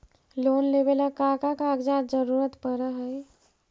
Loan लेवेला का का कागजात जरूरत पड़ हइ?